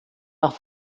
nach